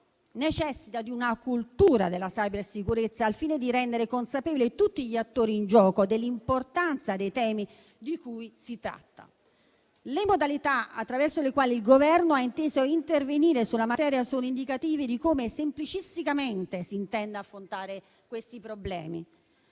necessita di una cultura della cybersicurezza, al fine di rendere consapevoli tutti gli attori in gioco dell'importanza dei temi di cui si tratta. Le modalità attraverso le quali il Governo ha inteso intervenire sulla materia sono indicative di come semplicisticamente si intenda affrontare questi problemi.